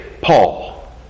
Paul